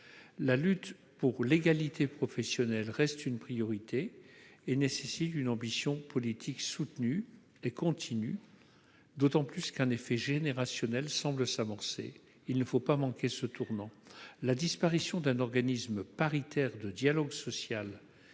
La lutte pour l'égalité professionnelle reste une priorité et nécessite l'affirmation d'une ambition politique soutenue et continue, d'autant qu'un effet générationnel semble s'amorcer ; il ne faut pas manquer ce tournant. La disparition d'un organisme paritaire de dialogue social